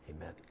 Amen